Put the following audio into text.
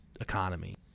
economy